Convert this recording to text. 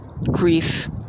grief